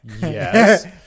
Yes